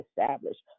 established